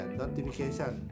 notification